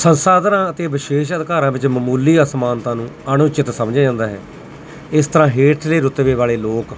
ਸੰਦ ਸਾਧਨਾਂ ਅਤੇ ਵਿਸ਼ੇਸ਼ ਅਧਿਕਾਰਾਂ ਵਿੱਚ ਮਾਮੂਲੀ ਅਸਮਾਨਤਾ ਨੂੰ ਅਣਉਚਿਤ ਸਮਝਿਆ ਜਾਂਦਾ ਹੈ ਇਸ ਤਰ੍ਹਾਂ ਹੇਠਲੇ ਰੁਤਬੇ ਵਾਲੇ ਲੋਕ